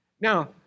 Now